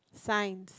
Science